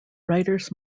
writers